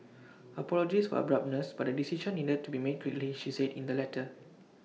apologies for abruptness but A decision needed to be made quickly she said in the letter